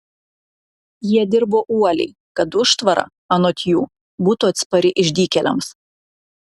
jie dirbo uoliai kad užtvara anot jų būtų atspari išdykėliams